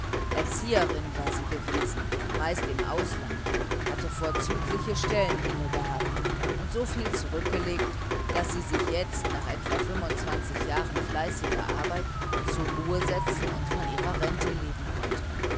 erzieherin war sie gewesen meist im ausland hatte vorzügliche stellen innegehabt und so viel zurückgelegt daß sie sich jetzt nach etwa fünfundzwanzig jahren fleißiger arbeit zur ruhe setzen und von ihrer rente leben konnte